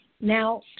Now